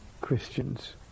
Christians